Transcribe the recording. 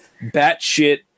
batshit